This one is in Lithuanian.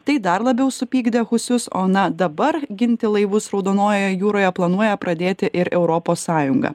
tai dar labiau supykdė husius o na dabar ginti laivus raudonojoje jūroje planuoja pradėti ir europos sąjunga